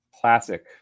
Classic